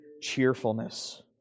cheerfulness